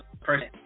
person